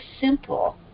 simple